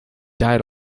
died